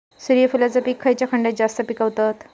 सूर्यफूलाचा पीक खयच्या खंडात जास्त पिकवतत?